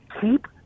keep